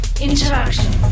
interaction